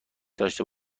داشته